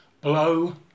blow